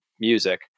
music